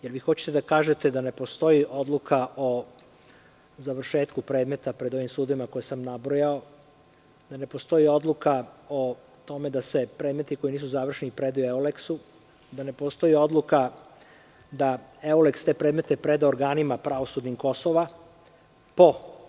Da li vi hoćete da kažete da ne postoji odluka o završetku predmeta pred ovim sudovima koje sam nabrojao, da ne postoji odluka o tome da se predmeti koji nisu završeni predaju Euleksu, da ne postoji odluka da Euleks te predmete preda pravosudnim organima Kosova po prvom sporazumu.